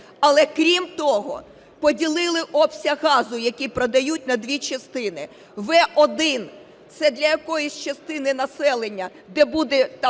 Але крім того, поділили обсяг газу, який продають на дві частини: В1 – це для якоїсь частини населення, де буде